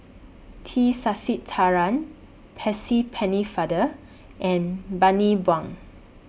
T Sasitharan Percy Pennefather and Bani Buang